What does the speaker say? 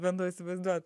bandau įsivaizduot